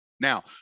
Now